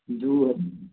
दू हजा